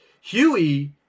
Huey